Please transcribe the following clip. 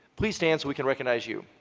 please stand so we can recognize you.